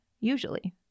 usually